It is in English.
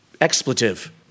expletive